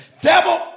devil